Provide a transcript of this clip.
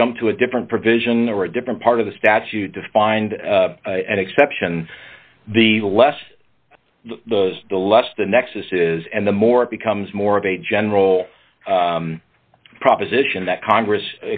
to jump to a different provision or a different part of the statute to find an exception the less the less the nexus is and the more it becomes more of a general proposition that congress